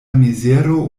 mizero